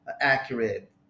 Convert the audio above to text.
accurate